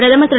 பிரதமர் திரு